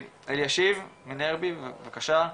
אלישיב מינרבי, בבקשה.